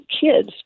kids